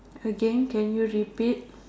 again can you repeat